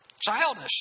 Childish